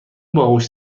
باهوش